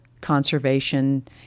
conservation